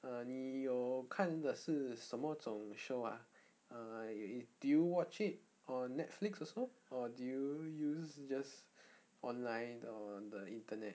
err 你有看的是什么种 show ah err do you watch it on netflix also or do you use just online on the internet